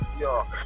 Yo